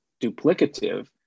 duplicative